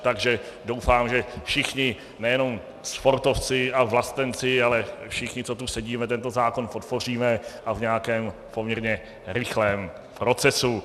Takže doufám, že všichni, nejenom sportovci a vlastenci, ale všichni, co tu sedíme, tento zákon podpoříme, a v nějakém poměrně rychlém procesu.